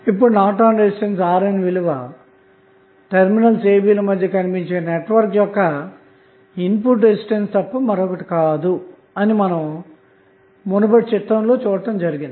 ఇప్పుడు Norton resistance RN విలువ terminals a b ల మధ్య కనిపించే నెట్వర్క్ యొక్క ఇన్పుట్ రెసిస్టెన్స్ తప్ప మరొకటి కాదు అని మునుపటి చిత్రంలో చూశాము